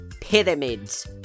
pyramids